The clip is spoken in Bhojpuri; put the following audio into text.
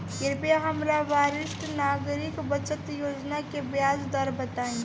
कृपया हमरा वरिष्ठ नागरिक बचत योजना के ब्याज दर बताइं